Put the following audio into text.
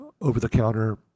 over-the-counter